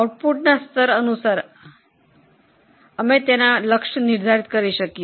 ઉત્પાદનના સ્તર અનુસાર લક્ષ્ય નિર્ધારિત કરી શકાય છે